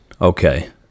Okay